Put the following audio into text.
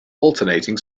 alternating